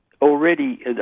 already